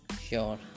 sure